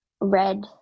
red